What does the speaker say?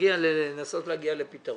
לנסות להגיע לפתרון.